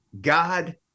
God